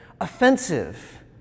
offensive